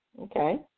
Okay